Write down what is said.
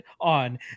on